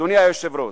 אדוני היושב-ראש,